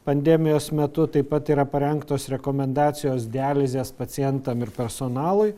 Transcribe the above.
pandemijos metu taip pat yra parengtos rekomendacijos dializės pacientam ir personalui